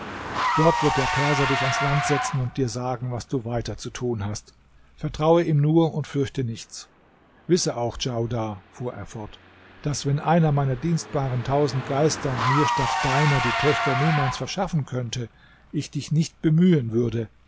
dort wird der perser dich ans land setzen und dir sagen was du weiter zu tun hast vertraue ihm nur und fürchte nichts wisse auch djaudar fuhr er fort daß wenn einer meiner dienstbaren tausend geister mir statt deiner die töchter numans verschaffen könnte ich dich nicht bemühen würde